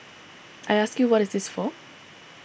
I ask you what is this for